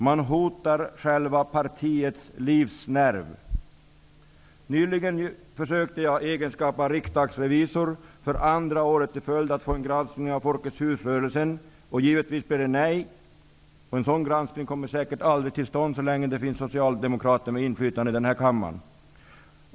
Då hotas själva livsnerven i partiet. Nyligen försökte jag i egenskap av riksdagsrevisor för andra året i följd att få till stånd en granskning av Folkets hus-rörelsen. Givetvis blev det nej. En sådan granskning kommer säkert aldrig till stånd, inte så länge som det finns socialdemokrater med inflytande i den här kammaren.